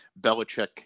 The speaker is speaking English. Belichick